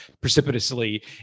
precipitously